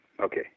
Okay